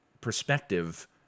perspective